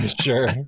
Sure